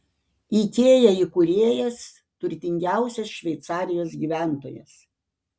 ikea įkūrėjas turtingiausias šveicarijos gyventojas